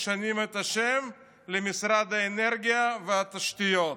משנים את השם למשרד האנרגיה והתשתיות.